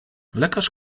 lekarz